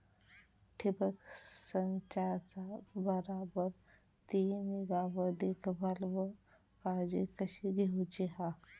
ठिबक संचाचा बराबर ती निगा व देखभाल व काळजी कशी घेऊची हा?